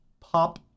Pop